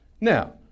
Now